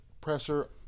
pressure